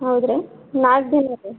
ಹೌದಾ ರೀ ನಾಲ್ಕು ದಿನ ರೀ